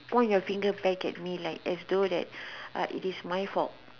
point your finger back at me as though that it is my fault